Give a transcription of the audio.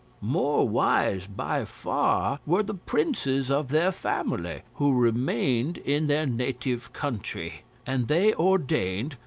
more wise by far were the princes of their family, who remained in their native country and they ordained,